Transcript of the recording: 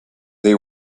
they